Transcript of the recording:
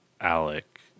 Alec